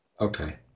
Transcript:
Okay